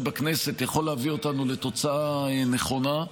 בכנסת יכול להביא אותנו לתוצאה נכונה,